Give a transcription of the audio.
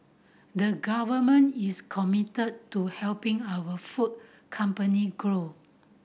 the government is committed to helping our food company grow